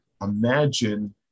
Imagine